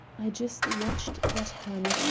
i just watched that hand,